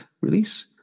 release